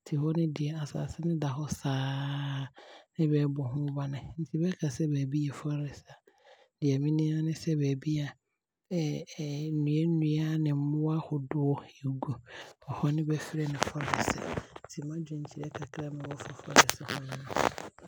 Nti ɛhɔ no deɛ, asase he da hɔ saa, ne ɛbɛbɔ ho bane. Nti bɛkasɛ baabi yɛ forest a, deɛ menim aa ne sɛ, baabi a nnua, nnua ne mmoa ahodoɔ ɛgu, ɛhɔ ne bɛfrɛ no forest no. Nti m'adwenkyerɛ kakra me wɔ wɔ forest ho ne no.